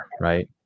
right